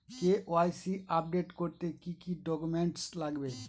KYC update করতে কি কি ডকুমেন্টস লাগবে?